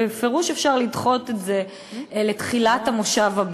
בפירוש אפשר לדחות את זה לתחילת המושב הבא.